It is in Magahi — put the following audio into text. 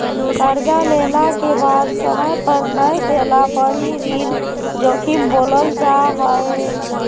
कर्जा लेला के बाद समय पर नय देला पर ही ऋण जोखिम बोलल जा हइ